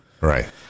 Right